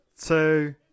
Two